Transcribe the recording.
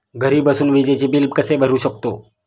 घरी बसून विजेचे बिल कसे भरू शकतो?